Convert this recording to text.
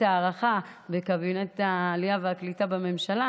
הערכה בקבינט העלייה והקליטה בממשלה.